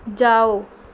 ਜਾਓ